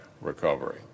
recovery